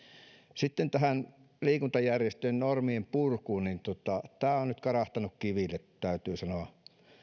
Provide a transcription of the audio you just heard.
sitten liikuntajärjestöjen normien purkuun niin tämä on on nyt karahtanut kiville täytyy sanoa